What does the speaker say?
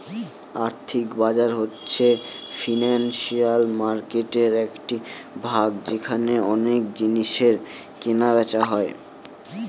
আর্থিক বাজার হচ্ছে ফিনান্সিয়াল মার্কেটের একটি ভাগ যেখানে অনেক জিনিসের কেনা বেচা হয়